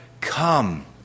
come